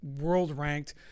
world-ranked